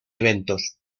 eventos